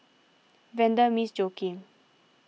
Vanda Miss Joaquim